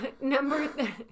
number